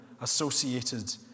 associated